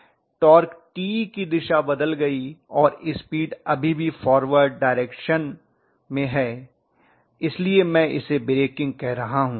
torque Te की दिशा बदल गई और स्पीड अभी भी फॉरवर्ड डायरेक्शन है इसलिए मैं इसे ब्रेकिंग कह रहा हूँ